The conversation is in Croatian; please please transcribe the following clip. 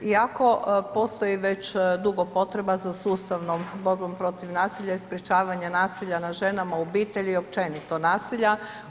Iako postoji već dugo potreba za sustavnom … protiv nasilja i sprječavanje nasilja nad ženama u obitelji i općenito nasilja.